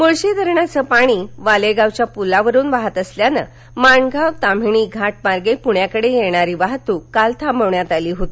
मुळशी धरणाचं पाणी वाले गावच्या पुलावरून वाहत असल्याने मानगाव ताम्हिणी घाट मार्गे पुण्याकडे येणारी वाहतूक काल थांबविण्यात आली होती